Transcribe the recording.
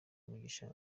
umugisha